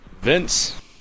Vince